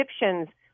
Egyptians